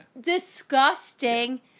disgusting